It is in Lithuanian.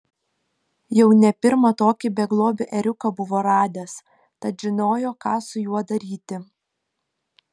jau ne pirmą tokį beglobį ėriuką buvo radęs tad žinojo ką su juo daryti